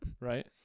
right